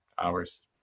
hours